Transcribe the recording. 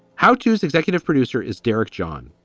how tos executive producer is derek john?